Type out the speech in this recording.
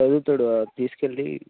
చదువుతాడు తీసుకు వెళ్ళి